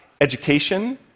education